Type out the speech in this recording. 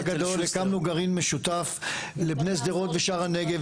לפני המפח הגדול הקמנו גרעין משותף לבני שדרות ושער הנגב,